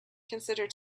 consider